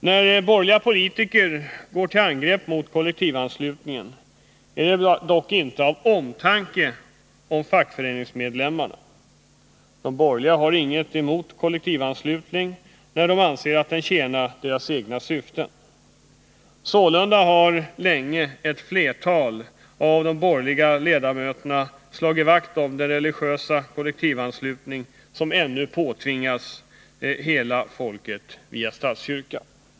När borgerliga politiker går till angrepp mot kollektivanslutningen är det dock inte av omtanke om fackföreningsmedlemmarna. De borgerliga har inget emot kollektivanslutning, när de anser att den tjänar deras egna syften. Sålunda har länge ett flertal av de borgerliga ledamöterna slagit vakt om den religiösa kollektivanslutning som ännu påtvingas hela folket via statskyrkan.